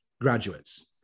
graduates